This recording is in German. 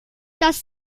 dass